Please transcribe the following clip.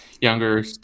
younger